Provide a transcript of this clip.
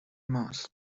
ماست